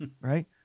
right